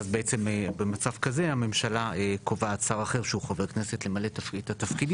ואז בעצם במצב כזה הממשלה קובעת שר אחר שהוא חבר כנסת למלא את התפקידים,